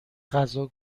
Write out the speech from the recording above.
غذا